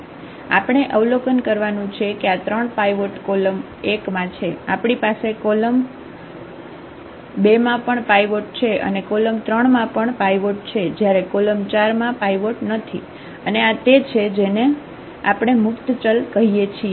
આપણે આવલોકન કરવાનું છે કે આ 3 પાઇવોટ કોલમ 1માં છે આપણી પાસે કોલમ 2 માં પણ પાઇવોટ છે અને કોલમ 3 માં પણ પાઇવોટ છે જયારે કોલમ 4 માં પાઇવોટ નથી અને આ તે છે જેને આપણે મુક્ત ચલ કહીએ છીએ